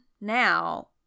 now